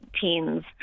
teens